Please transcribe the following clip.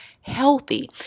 healthy